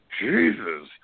Jesus